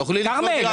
תוכלי לקנות דירה.